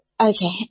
Okay